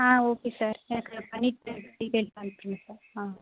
ஆ okay sir எனக்கு பண்ணிவிட்டு details அனுப்பிச்சுடுங்க ஆ